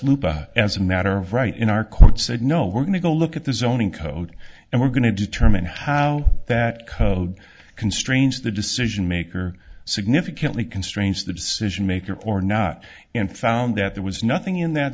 loop as a matter of right in our court said no we're going to go look at the zoning code and we're going to determine how that code constrains the decision maker significantly constrains the decision maker or not and found that there was nothing in that